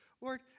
Lord